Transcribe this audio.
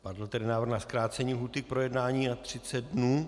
Padl tedy návrh na zkrácení lhůty k projednání na 30 dnů.